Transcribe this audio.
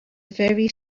very